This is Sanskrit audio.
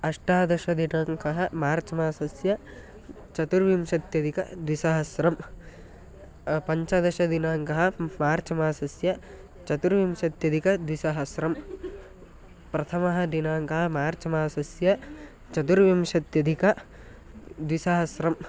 अष्टादशदिनाङ्कः मार्च् मासस्य चतुर्विंशत्यधिकद्विसहस्रं पञ्चदशदिनाङ्कः मार्च् मासस्य चतुर्विंशत्यधिकद्विसहस्रं प्रथमः दिनाङ्कः मार्च् मासस्य चतुर्विंशत्यधिकद्विसहस्रम्